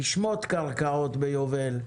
לשמוט קרקעות ביובל,